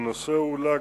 לשאול: